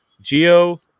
Geo